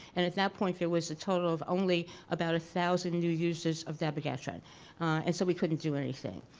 and at that point there was a total of only about a thousand new users of dabigatran and so we couldn't do anything.